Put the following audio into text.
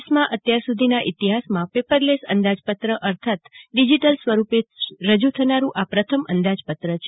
દેશનાં અત્યારસુધીનાં ઈતિહાસમાં પેપરલેસ અંદાજપત્ર અર્થાત ડિજીટલ સ્વરૂપે રજૂ થનારું આ પ્રથમ અંદાજપત્ર છે